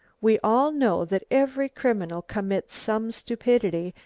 we all know that every criminal commits some stupidity,